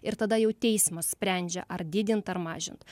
ir tada jau teismas sprendžia ar didint ar mažint